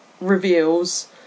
reveals